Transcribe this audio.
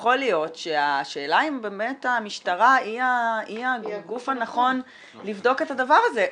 יכול להיות שהשאלה אם באמת המשטרה היא הגוף הנכון לבדוק את הדבר הזה.